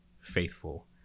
faithful